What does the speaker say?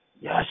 yes